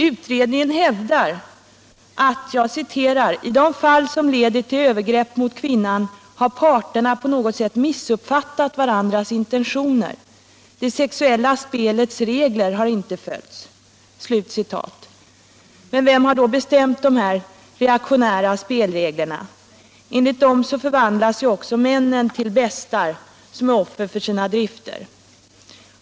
Utredningen hävdar: I de fall som leder till övergrepp mot kvinnan har parterna på något sätt missuppfattat varandras intentioner. Det sexuella spelets regler har inte följts. Men vem har då bestämt dessa reaktionära spelregler? Enligt dem förvandlas männen till bestar som är offer för sina drifter.